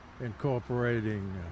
incorporating